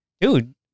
dude